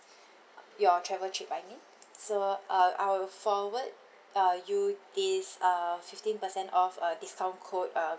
your travel trip I mean so uh I will forward uh you this uh fifteen percent off a discount code uh